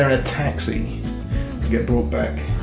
a taxi and get brought back.